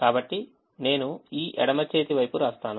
కాబట్టి నేను ఈ ఎడమ చేతి వైపు వ్రాస్తాను